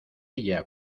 ella